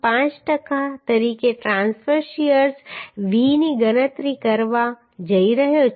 5 ટકા તરીકે transverse shear V ની ગણતરી કરવા જઈ રહ્યો છું